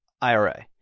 IRA